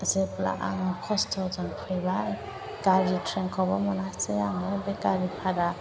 जेब्ला आङो खस्त'जों फैबाय गारि ट्रेनखौबो मोनासै आङो बे गारि भारा